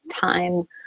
time